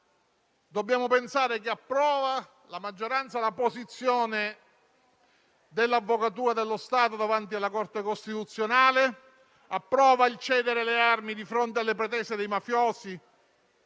Dobbiamo pensare che la maggioranza approvi la posizione dell'Avvocatura dello Stato davanti alla Corte costituzionale? Approva il cedere le armi di fronte alle pretese dei mafiosi?